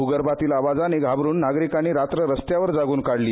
भूगर्भातील आवाजाने घाबरून नागरिकांनी रात्र रस्त्यावर जागून काढली